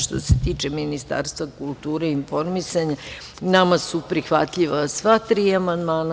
Što se tiče Ministarstva kulture i informisanja, nama su prihvatljiva sva tri amandmana.